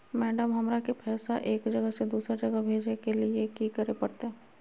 Madam, हमरा के पैसा एक जगह से दुसर जगह भेजे के लिए की की करे परते?